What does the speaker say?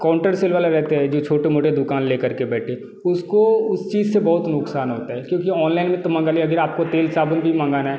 counter sale वाला रहता है जो छोटी मोटी दुकान ले कर के बैठे उसको उस चीज़ से बहुत नुक़सान होता है क्योंकि ऑनलाइन में तो मंगा लिया फिर आपको तेल साबुन भी मांगना है